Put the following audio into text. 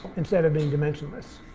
instead of being dimensionless.